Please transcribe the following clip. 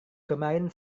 kemarin